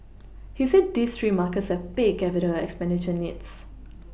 he said these three markets have big capital expenditure needs